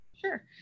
Sure